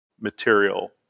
material